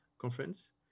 conference